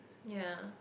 ya